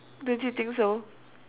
don't you think so